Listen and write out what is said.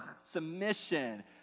submission